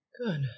Good